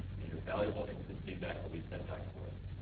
and your valuable instant feedback will be sent back to us.